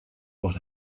what